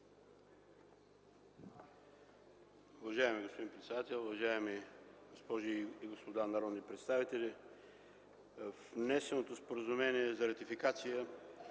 Уважаеми господин председател, уважаеми госпожи и господа народни представители! Внесеното Споразумение за ратификация